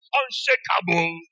unshakable